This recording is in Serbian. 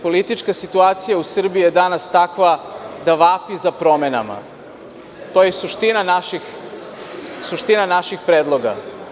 Politička situacija u Srbiji je danas takva da vapi za promenama, to je suština naših predloga.